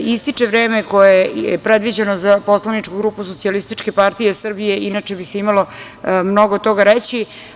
Ističe vreme koje je predviđeno za poslaničku grupu Socijalističke partije Srbije, inače bi se imalo mnogo toga reći.